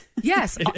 Yes